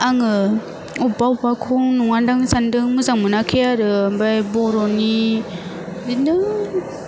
आङो अब्बा अब्बाखौ नङादां सानदों मोजां मोनाखै आरो आमफाय बर'नि बिदिनो